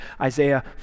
Isaiah